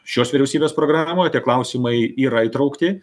šios vyriausybės programoje tie klausimai yra įtraukti